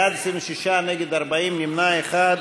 בעד, 26, נגד, 40, נמנע אחד.